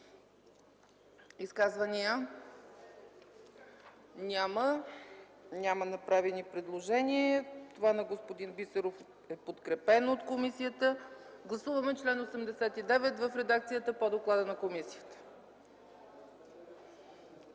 Изказвания? Няма. Няма направени предложения. Предложението на господин Бисеров е подкрепено от комисията. Гласуваме чл. 89 в редакцията по доклада на комисията.